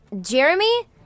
Jeremy